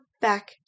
back